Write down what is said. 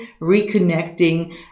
reconnecting